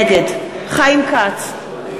נגד חיים כץ,